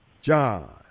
John